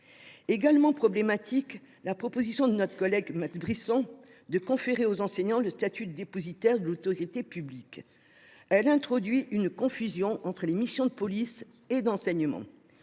frontalement. Troisièmement, la proposition de notre collègue Max Brisson de conférer aux enseignants le statut de dépositaire de l’autorité publique est problématique. Elle introduit une confusion entre les missions de police et d’enseignement.